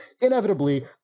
Inevitably